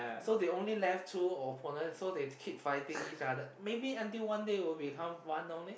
so they only left two opponent so they keep fighting each other maybe until one day will become one only